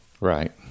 Right